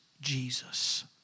Jesus